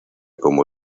como